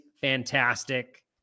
fantastic